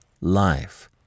life